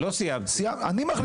תודה.